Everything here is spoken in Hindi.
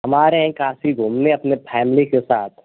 हम आ रहे है काशी घूमने अपनी फॅमिली के साथ